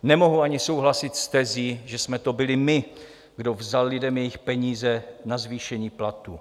Nemohu ani souhlasit s tezí, že jsme to byli my, kdo vzal lidem jejich peníze na zvýšení platů.